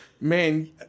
Man